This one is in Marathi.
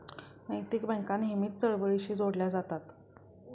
नैतिक बँका नेहमीच चळवळींशीही जोडल्या जातात